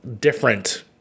different